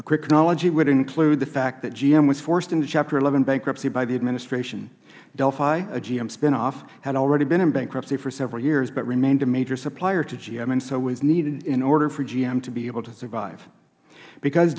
a quick chronology would include the fact that gm was forced into chapter eleven bankruptcy by the administration delphi a gm spinoff had already been in bankruptcy for several years but remained a major supplier to gm and so was needed in order for gm to be able to survive because